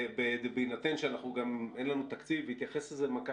בהינתן שגם אין לנו תקציב והתייחס לזה מנכ"ל